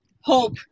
hope